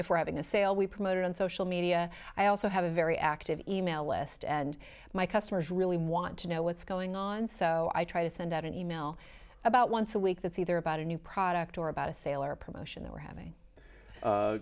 if we're having a sale we promoted on social media i also have a very active email list and my customers really want to know what's going on so i try to send out an email about once a week that's either about a new product or about a sale or promotion they were having